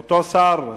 אותו שר,